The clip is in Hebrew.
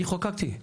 אני חוקקתי.